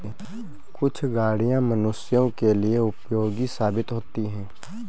कुछ गाड़ियां मनुष्यों के लिए उपयोगी साबित होती हैं